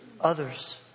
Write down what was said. others